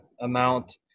amount